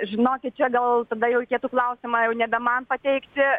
žinokit čia gal tada jau reikėtų klausimą jau nebe man pateikti